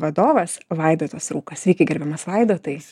vadovas vaidotas rūkas sveiki gerbiamas vaidotai